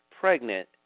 pregnant